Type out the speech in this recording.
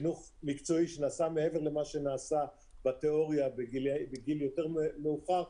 חינוך מקצועי שנעשה מעבר למה שנעשה בתיאוריה בגיל יותר מאוחר,